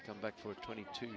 to come back for twenty two